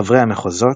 חברי המחוזות,